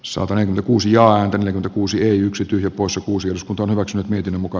sopanen kuusi joan kuusi yksi tyhjä poissa kuusi osku torrokset miten muka